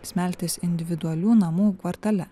smeltės individualių namų kvartale